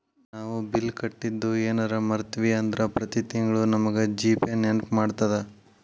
ನಾವು ಬಿಲ್ ಕಟ್ಟಿದ್ದು ಯೆನರ ಮರ್ತ್ವಿ ಅಂದ್ರ ಪ್ರತಿ ತಿಂಗ್ಳು ನಮಗ ಜಿ.ಪೇ ನೆನ್ಪ್ಮಾಡ್ತದ